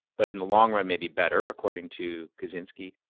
but in the long run maybe better, according to kaczynski.